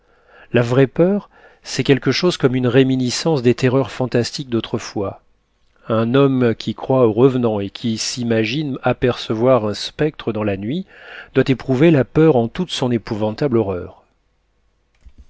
la vraie peur c'est quelque chose comme une réminiscence des terreurs fantastiques d'autrefois un homme qui croit aux revenants et qui s'imagine apercevoir un spectre dans la nuit doit éprouver la peur en toute son épouvantable horreur